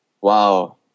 Wow